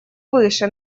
выше